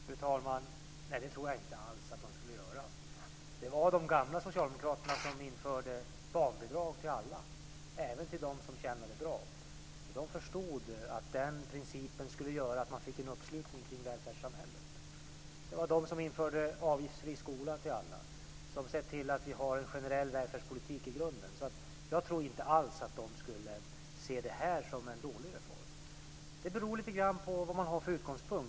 Fru talman! Nej, det tror jag inte alls att de skulle göra. Det var de gamla socialdemokraterna som införde barnbidrag till alla, även till dem som tjänade bra. De förstod att den principen skulle göra att det blev en uppslutning kring välfärdssamhället. Det var de som införde avgiftsfri skola till alla, som såg till att vi hade en i grunden generell välfärdspolitik. Jag tror inte alls att de skulle se det här som en dålig reform. Detta beror lite grann på vilken utgångspunkt man har.